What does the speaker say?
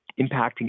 impacting